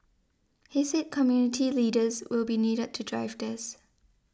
he said community leaders will be needed to drive this